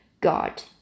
god